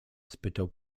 spytał